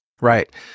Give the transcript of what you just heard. Right